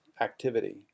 activity